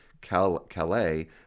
Calais